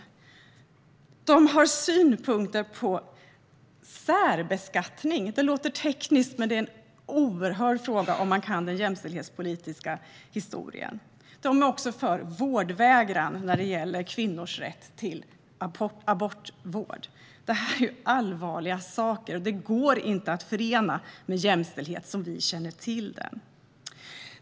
Sverigedemokraterna har synpunkter på särbeskattning. Det låter tekniskt, men det är en oerhört stor fråga för den som kan den jämställdhetspolitiska historien. Sverigedemokraterna är också för vårdvägran när det gäller kvinnors rätt till abortvård. Detta är allvarliga saker, och de går inte att förena med den jämställdhet som vi känner till.